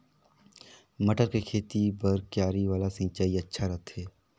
मटर के खेती बर क्यारी वाला सिंचाई अच्छा रथे?